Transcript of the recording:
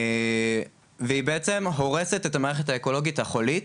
והיא בעצם הורסת את המערכת האקולוגית החולית,